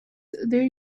there